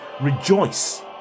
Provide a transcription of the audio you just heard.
rejoice